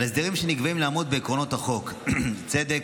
על הסדרים שנקבעים לעמוד בעקרונות החוק, צדק,